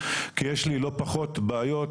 כי יש לי לא פחות בעיות